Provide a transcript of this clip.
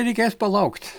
reikės palaukt